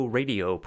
radio